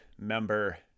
member